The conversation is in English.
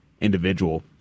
individual